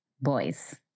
boys